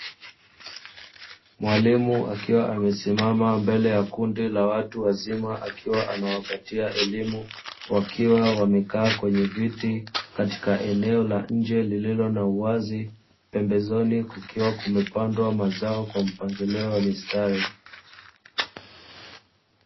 Mwalimu akiwa amesimama mbele ya kundi la watu wazima akiwa anawapatia elimu, wakiwa wamekaa kwenye viti katika eneo la nje lililo na uwazi, pembezoni kukiwa kumepandwa mazao kwa mpangilio wa mistari.